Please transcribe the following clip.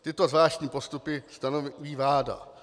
Tyto zvláštní postupy stanoví vláda.